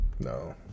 No